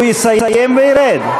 הוא יסיים וירד.